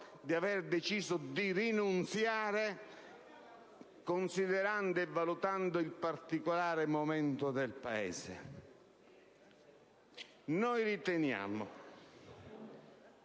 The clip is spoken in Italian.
di aver deciso di rinunziare, considerando e valutando il particolare momento del Paese. Riteniamo